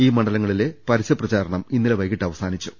ഈ മണ്ഡലങ്ങളിലെ പരസ്യ പ്രചാരണം ഇന്നലെ വൈകീട്ട് അവസാനിച്ചു